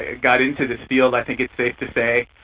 ah got into this field, i think it's safe to say,